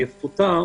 יפוטר,